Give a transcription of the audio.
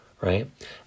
right